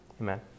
Amen